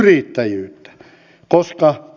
arvoisa puhemies